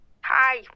Hi